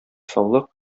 саулык